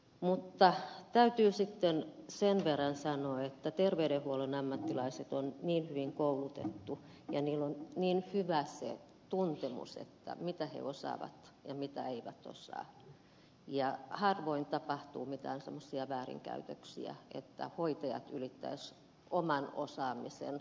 mutta täytyy sen verran sanoa että terveydenhuollon ammattilaiset ovat hyvin koulutettuja ja heillä on niin hyvä se tuntemus mitä he osaavat ja mitä eivät osaa ja harvoin tapahtuu mitään semmoisia väärinkäytöksiä että hoitajat ylittäisivät oman osaamisen toimivaltuudet